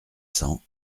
cents